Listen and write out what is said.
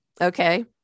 Okay